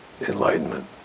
enlightenment